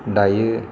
दायो